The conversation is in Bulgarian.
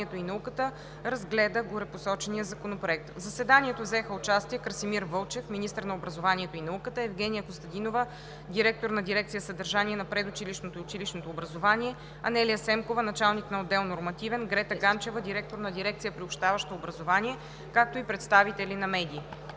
и науката разгледа горепосочения законопроект. В заседанието взеха участие Красимир Вълчев – министър на образованието и науката, Евгения Костадинова – директор на дирекция „Съдържание на предучилищното и училищното образование“, Анелия Семкова – началник на отдел „Нормативен“, Грета Ганчева – директор на дирекция „Приобщаващо образование“, както и представители на медии.